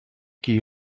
qui